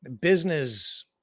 business